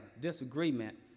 disagreement